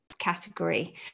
category